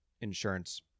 insurance